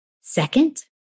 Second